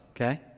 okay